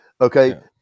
Okay